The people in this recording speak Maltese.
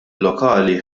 lokali